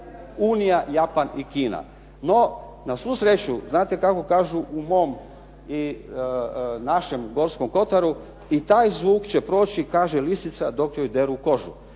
unija, Japan i Kina. No, na svu sreću, znate kako kažu u mom i našem Gorskom Kotaru, i taj zvuk će proći, kaže lisica dok joj deru kožu,